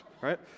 right